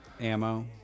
Ammo